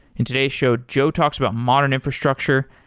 in today's show, joe talks about modern infrastructure,